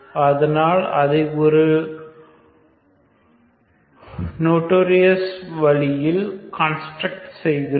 அதனால் அதை ஒரு நோட்டோரியஸ் வழியில் கன்ஸ்டிரக்ட் செய்கிறோம்